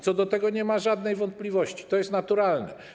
Co do tego nie ma żadnej wątpliwości, to jest naturalne.